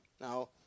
Now